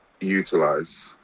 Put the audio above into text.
utilize